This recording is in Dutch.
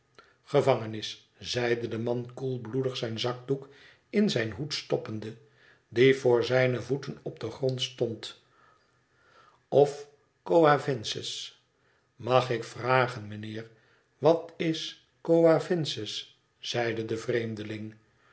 zeide de man koelbloedig zijn zakdoek in zijn hoed stoppende die voor zijne voeten op den grond stond of coavinses mag ik vragen mijnheer wat is coavinses zeide de vreemdeling